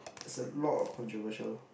is a lot of controversial